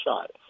shot